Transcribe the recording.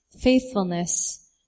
faithfulness